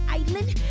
island